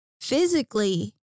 physically